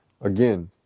again